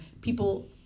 people